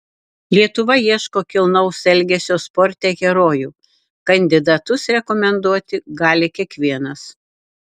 lietuva ieško kilnaus elgesio sporte herojų kandidatus rekomenduoti gali kiekvienas